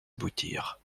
aboutir